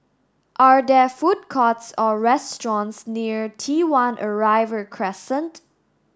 are there food courts or restaurants near T One Arrival Crescent